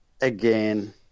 again